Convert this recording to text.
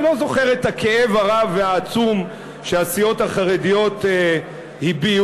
אני לא זוכר את הכאב הרב והעצום שהסיעות החרדיות הביעו.